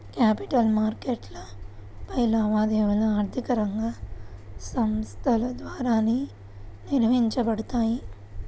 capital మార్కెట్లపై లావాదేవీలు ఆర్థిక రంగ సంస్థల ద్వారా నిర్వహించబడతాయి